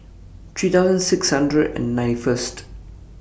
three thousand six hundred and ninety First